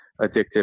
addictive